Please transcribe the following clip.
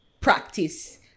practice